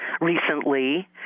recently